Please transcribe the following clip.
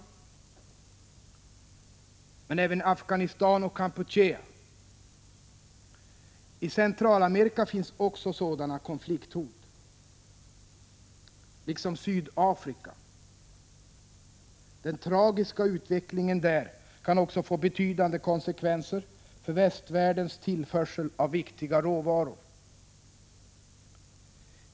Jag kan nämna Afghanistan och Kampuchea. I Centralamerika finns också sådana konflikthot. Den tragiska utvecklingen i Sydafrika kan också få betydande konsekvenser för västvärldens tillförsel av viktiga råvaror.